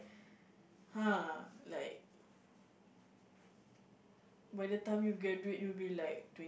!huh! like by the time you graduate you will be like twenty